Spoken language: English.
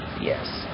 yes